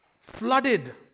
Flooded